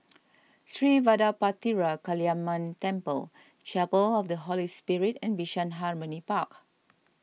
Sri Vadapathira Kaliamman Temple Chapel of the Holy Spirit and Bishan Harmony Park